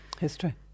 History